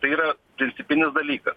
tai yra principinis dalykas